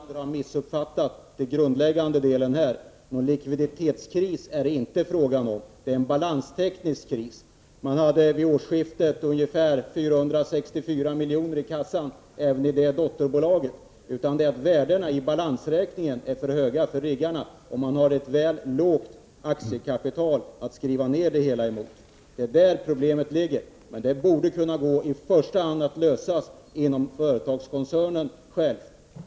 Herr talman! Jag tror att Paul Lestander missuppfattat den grundläggande delen i det avseendet. Det är inte fråga om någon likviditetskris. Det är i stället en balansteknisk kris. Vid årsskiftet hade man ungefär 464 miljoner i kassan i dotterbolaget. Det är fråga om att värdena på riggarna är för höga i balansräkningen, samtidigt som man har ett för lågt aktiekapital att skriva ner det hela emot. Det är där problemet ligger. Det borde emellertid i första hand kunna lösas inom själva företagskoncernen.